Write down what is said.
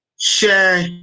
Share